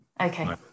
Okay